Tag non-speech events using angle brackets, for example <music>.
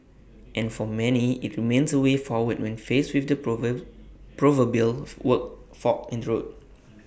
and for many IT remains A way forward when faced with the <unintelligible> proverbial fork in the road